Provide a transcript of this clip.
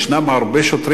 יש שוטרים